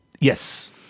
yes